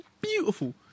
beautiful